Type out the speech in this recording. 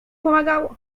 pomagało